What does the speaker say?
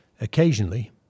Occasionally